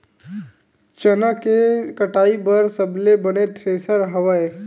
चना के कटाई बर सबले बने थ्रेसर हवय?